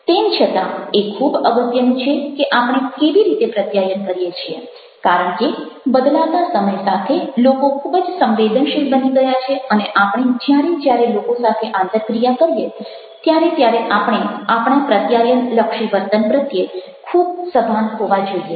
તેમ છતાં એ ખૂબ અગત્યનું છે કે આપણે કેવી રીતે પ્રત્યાયન કરીએ છીએ કારણ કે બદલાતા સમય સાથે લોકો ખૂબ જ સંવેદનશીલ બની ગયા છે અને આપણે જ્યારે જ્યારે લોકો સાથે આંતરક્રિયા કરીએ ત્યારે ત્યારે આપણે આપણા પ્રત્યાયનલક્ષી વર્તન પ્રત્યે ખૂબ સભાન હોવા જોઈએ